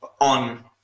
on